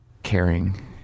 Caring